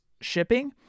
shipping